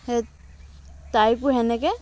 সেই তাইকো সেনেকৈ